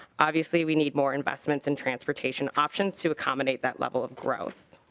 obviously we need more investments in transportation options to accommodate that level of growth